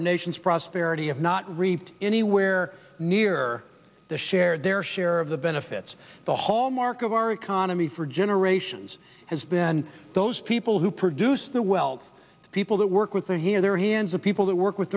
our nation's prosperity if not reaped anywhere near the share their share of the benefits the hallmarks of our economy for generations has been those people who produce the wealth the people that work with the here their hands of people that work with